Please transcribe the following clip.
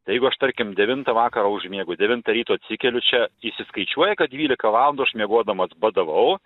tai jeigu aš tarkim devintą vakarą užmiegu devintą ryto atsikeliu čia įsiskaičiuoja kad dvylika valandų aš miegodamas badavau